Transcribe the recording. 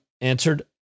answered